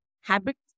habits